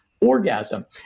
orgasm